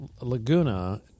Laguna